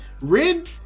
Rin